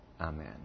Amen